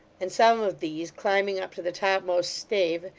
and some of these, climbing up to the topmost stave,